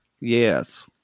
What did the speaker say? Yes